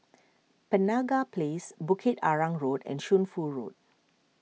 Penaga Place Bukit Arang Road and Shunfu Road